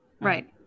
Right